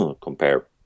compare